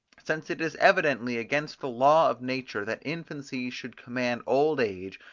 since it is evidently against the law of nature that infancy should command old age,